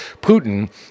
Putin